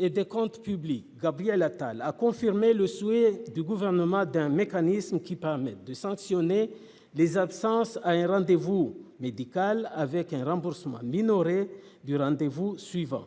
Et des Comptes publics Gabriel Attal a confirmé le souhait du gouvernement d'un mécanisme qui permet de sanctionner les absences à un rendez-vous médical avec un remboursement minoré du rendez-vous suivant